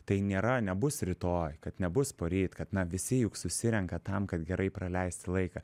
tai nėra nebus rytoj kad nebus poryt kad na visi juk susirenka tam kad gerai praleisti laiką